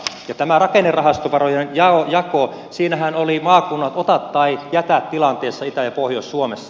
tässä rakennerahastovarojen jaossahan olivat maakunnat ota tai jätä tilanteessa itä ja pohjois suomessa